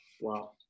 wow